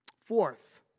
Fourth